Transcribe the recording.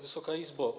Wysoka Izbo!